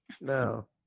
No